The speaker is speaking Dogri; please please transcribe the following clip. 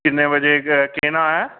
किन्ने बजे केह् नांऽ ऐ